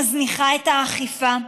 מזניחה את האכיפה,